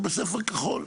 היא בספר כחול,